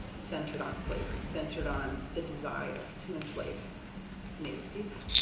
centered on slavery, centered on the desire to enslaved native people.